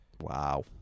Wow